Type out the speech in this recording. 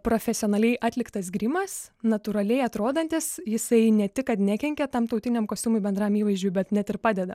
profesionaliai atliktas grimas natūraliai atrodantis jisai ne tik kad nekenkia tam tautiniam kostiumui bendram įvaizdžiui bet net ir padeda